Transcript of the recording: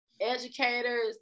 educators